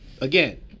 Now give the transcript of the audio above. again